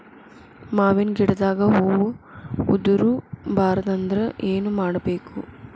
ಮಾವಿನ ಗಿಡದಾಗ ಹೂವು ಉದುರು ಬಾರದಂದ್ರ ಏನು ಮಾಡಬೇಕು?